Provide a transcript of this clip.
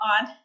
on